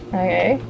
okay